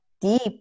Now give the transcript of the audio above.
deep